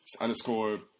underscore